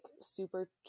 super